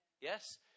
Yes